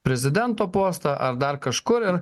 prezidento postą ar dar kažkur ir